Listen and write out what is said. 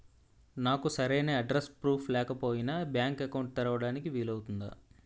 నాకు సరైన address proof లేకపోయినా బ్యాంక్ అకౌంట్ తెరవడానికి వీలవుతుందా?